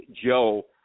Joe